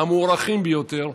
המוערכים ביותר,